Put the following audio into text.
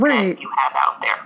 Right